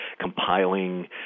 compiling